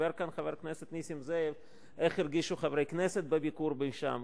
דיבר כאן חבר הכנסת נסים זאב איך הרגישו חברי כנסת בביקור שם.